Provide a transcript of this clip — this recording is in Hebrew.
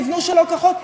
תבנו שלא כחוק,